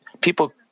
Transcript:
people